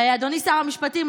אדוני שר המשפטים,